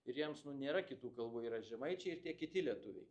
ir jiems nu nėra kitų kalbų yra žemaičiai ir tie kiti lietuviai